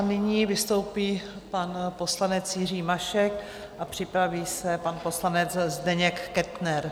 Nyní vystoupí pan poslanec Jiří Mašek a připraví se pan poslanec Zdeněk Kettner.